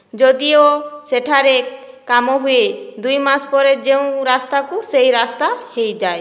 ଯଦିଓ ସେଠାରେ କାମ ହୁଏ ଦୁଇମାସ ପରେ ଯେଉଁ ରାସ୍ତାକୁ ସେହି ରାସ୍ତା ହେଇଯାଏ